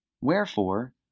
Wherefore